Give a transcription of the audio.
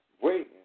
waiting